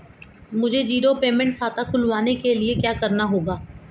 मुझे zero payment खाता खुलवाने के लिए क्या करना होगा?